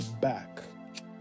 back